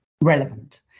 relevant